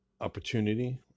opportunity